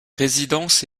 résidences